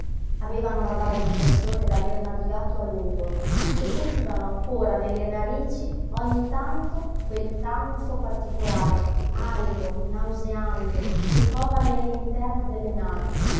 avevano la vaga impressione d'aver navigato a lungo e sentivano ancora nelle narici ogni tanto quel tanfo particolare alido nauseante che cova nell'interno delle navi